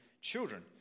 children